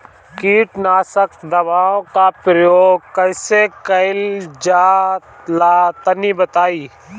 कीटनाशक दवाओं का प्रयोग कईसे कइल जा ला तनि बताई?